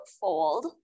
fold